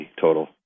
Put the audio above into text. total